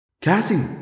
Cassie